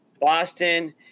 Boston